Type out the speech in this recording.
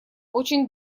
очень